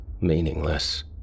Meaningless